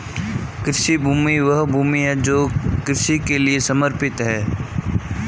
कृषि भूमि वह भूमि है जो कृषि के लिए समर्पित है